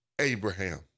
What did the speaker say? Abraham